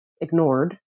ignored